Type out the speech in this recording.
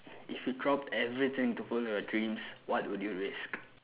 if you dropped everything to follow your dreams what would you risk